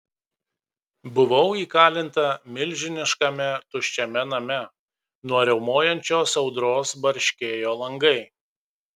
buvau įkalinta milžiniškame tuščiame name nuo riaumojančios audros barškėjo langai